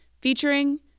featuring